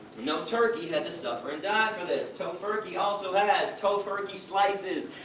no turkey had to suffer and die for this! tofurky also has tofurky slices,